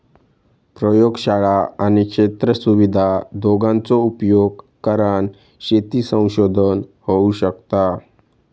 प्रयोगशाळा आणि क्षेत्र सुविधा दोघांचो उपयोग करान शेती संशोधन होऊ शकता